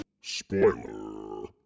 spoiler